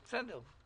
בסדר.